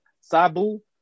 Sabu